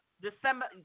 December